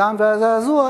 זעם וזעזוע,